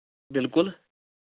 بِلکُل